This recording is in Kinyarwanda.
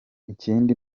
ikindi